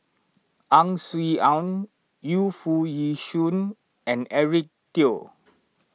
Ang Swee Aun Yu Foo Yee Shoon and Eric Teo